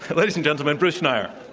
but ladies and gentlemen, bruce schneier.